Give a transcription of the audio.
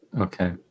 Okay